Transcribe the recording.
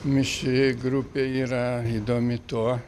mišri grupė yra įdomi tuo